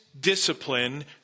discipline